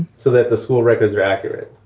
so that the school records are accurate.